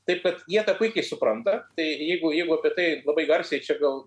taip kad jie tą puikiai supranta tai jeigu jeigu apie tai labai garsiai čia gal